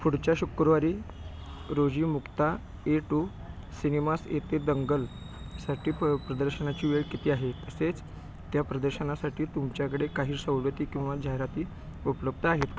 पुढच्या शुक्रवारी रोजी मुक्ता ए टू सिनेमास येथे दंगलसाठी प प्रदर्शनाची वेळ किती आहे तसेच त्या प्रदर्शनासाठी तुमच्याकडे काही सवलती किंवा जाहिराती उपलब्ध आहेत